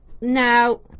Now